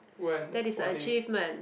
that is a achievement